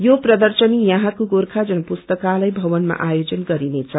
यो प्रदर्शनी यहाँको गोर्खा जनपुस्तकालय भवनमा आयोजन गरिनेछ